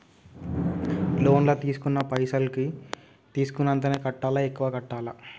Loan లా తీస్కున్న పైసల్ కి తీస్కున్నంతనే కట్టాలా? ఎక్కువ కట్టాలా?